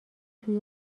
توی